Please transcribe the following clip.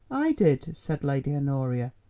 i did, said lady honoria,